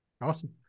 Awesome